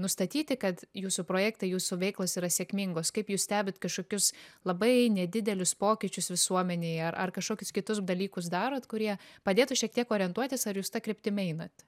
nustatyti kad jūsų projektai jūsų veiklos yra sėkmingos kaip jūs stebit kažkokius labai nedidelius pokyčius visuomenėj ar ar kažkokius kitus dalykus darot kurie padėtų šiek tiek orientuotis ar jūs ta kryptim einat